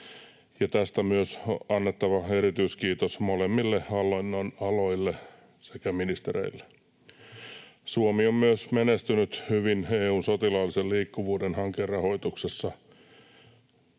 tästä myös on annettava erityiskiitos molemmille hallinnonaloille sekä ministereille. Suomi on myös menestynyt hyvin EU:n sotilaallisen liikkuvuuden hankerahoituksessa.